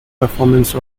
performance